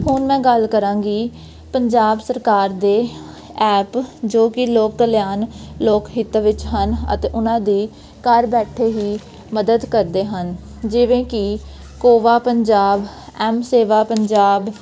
ਹੁਣ ਮੈਂ ਗੱਲ ਕਰਾਂਗੀ ਪੰਜਾਬ ਸਰਕਾਰ ਦੇ ਐਪ ਜੋ ਕਿ ਲੋਕ ਕਲਿਆਣ ਲੋਕ ਹਿੱਤਾਂ ਵਿੱਚ ਹਨ ਅਤੇ ਉਹਨਾਂ ਦੀ ਘਰ ਬੈਠੇ ਹੀ ਮਦਦ ਕਰਦੇ ਹਨ ਜਿਵੇਂ ਕਿ ਕੋਵਾ ਪੰਜਾਬ ਐਮਸੇਵਾ ਪੰਜਾਬ